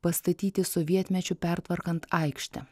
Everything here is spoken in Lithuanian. pastatyti sovietmečiu pertvarkant aikštę